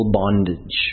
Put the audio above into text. bondage